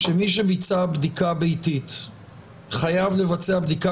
שמי שביצע בדיקה ביתית חייב לבצע בדיקה